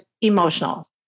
emotional